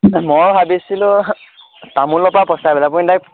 মই ভাবিছিলোঁ তামোলৰ পৰা পচাবলৈ আপুনি ডাৰেক্ট